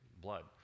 blood